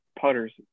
putters